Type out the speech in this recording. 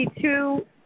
two